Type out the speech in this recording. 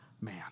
man